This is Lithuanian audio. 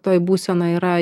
toj būsenoj yra